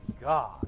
God